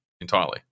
entirely